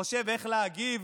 חושב איך להגיב